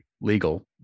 legal